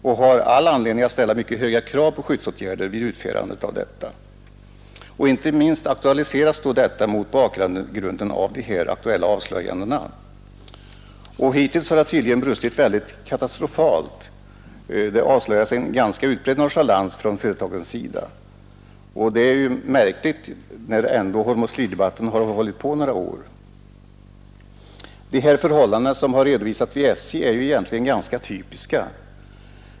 De har all anledning att ställa mycket höga krav på skyddsåtgärder vid utförandet av detta arbete. Inte minst aktualiseras detta mot bakgrunden av de aktuella avslöjandena. Hittills har det tydligen brustit katastrofalt, vilket avslöjar en utbredd nonchalans från företagens sida. Detta är märkligt, ty hormoslyrdebatten har ju ändå pågått några år. De förhållanden som redovisats vid SJ är egentligen ganska typiska.